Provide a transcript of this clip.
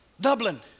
Dublin